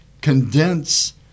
condense